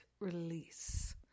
release